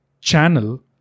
channel